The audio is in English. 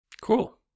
cool